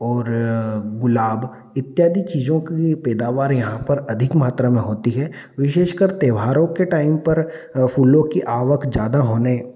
और गुलाब इत्यादि चीजों की पैदावार यहाँ पर अधिक मात्रा में होती है विशेषकर त्योहारों के टाइम पर फ़ूलों की आवक जादा होने